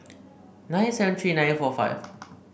nine seven three nine four five